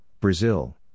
Brazil